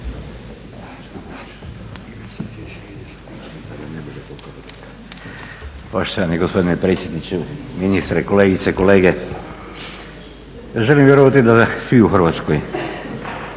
Poštovani gospodine predsjedniče, ministre, kolegice i kolege. Želim vjerovati da svi u Hrvatskoj